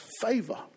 favor